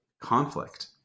conflict